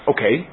Okay